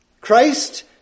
Christ